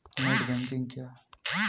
Net banking क्या है?